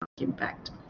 impact